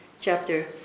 Chapter